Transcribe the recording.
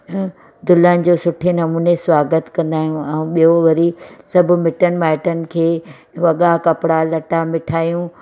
दुल्हन जो सुठे नमूने स्वागत कंदा आहियूं ऐं ॿियों वरी सभु मिटनि माइटनि खे वॻा कपिड़ा लटा मिठाइयूं